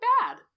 Bad